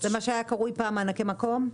זה מה שהיה קרוי פעם "מענקי מקום"?